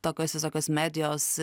tokios visokios medijos